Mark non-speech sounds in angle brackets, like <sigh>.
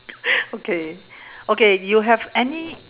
<breath> okay okay you have any